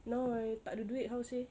now I tak ada duit how to say